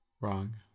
Wrong